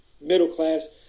middle-class